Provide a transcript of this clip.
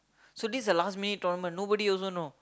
so this is a last minute tournament nobody also know